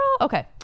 Okay